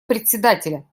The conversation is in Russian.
председателя